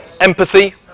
empathy